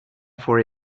for